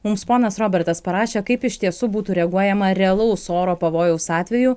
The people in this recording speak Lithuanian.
mums ponas robertas parašė kaip iš tiesų būtų reaguojama realaus oro pavojaus atveju